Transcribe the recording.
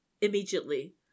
immediately